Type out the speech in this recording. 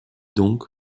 donc